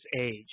age